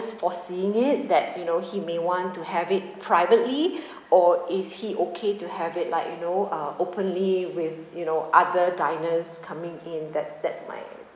foreseeing it that you know he may want to have it privately or is he okay to have it like you know uh openly with you know other diners coming in that's that's my